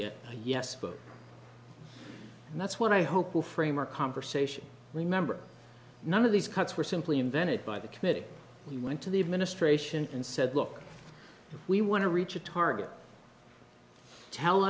a yes vote and that's what i hope will frame our conversation remember none of these cuts were simply invented by the committee we went to the administration and said look if we want to reach a target tell